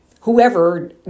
whoever